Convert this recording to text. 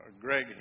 Greg